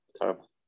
Terrible